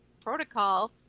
protocol